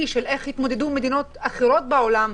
על איך התמודדו מדינות אחרות בעולם,